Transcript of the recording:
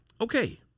Okay